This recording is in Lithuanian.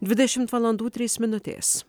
dvidešimt valandų trys minutės